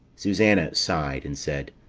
susanna sighed, and said